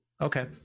Okay